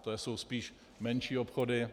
To jsou spíš menší obchody.